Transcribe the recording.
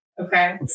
Okay